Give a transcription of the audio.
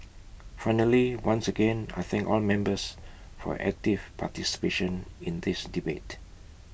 finally once again I thank all members for active participation in this debate